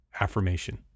affirmation